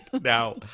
Now